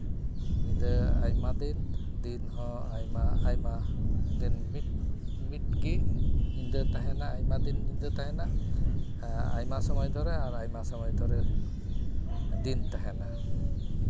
ᱧᱤᱫᱟᱹ ᱟᱭᱢᱟ ᱫᱤᱱ ᱫᱤᱱ ᱦᱚᱸ ᱟᱭᱢᱟ ᱟᱭᱢᱟ ᱫᱤᱱ ᱢᱤᱫ ᱢᱤᱫ ᱜᱮ ᱧᱤᱫᱟ ᱛᱟᱦᱮᱱᱟ ᱟᱭᱢᱟ ᱫᱤᱱ ᱧᱤᱫᱟᱹ ᱛᱟᱦᱮᱱᱟ ᱟᱭᱢᱟ ᱥᱚᱢᱚᱭ ᱫᱷᱚᱨᱮ ᱟᱨ ᱟᱭᱢᱟ ᱥᱚᱢᱚᱭ ᱫᱷᱚᱨᱮ ᱫᱤᱱ ᱛᱟᱦᱮᱱᱟ